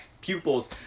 pupils